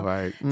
Right